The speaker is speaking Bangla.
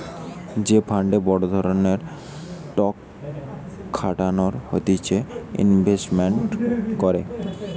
যে ফান্ডে বড় রকমের টক খাটানো হতিছে ইনভেস্টমেন্ট করে